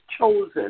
chosen